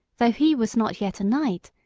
though he was not yet a knight,